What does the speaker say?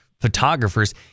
photographers